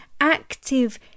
active